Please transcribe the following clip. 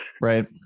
right